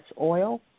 oil